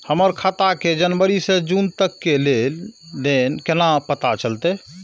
हमर खाता के जनवरी से जून तक के लेन देन केना पता चलते?